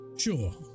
Sure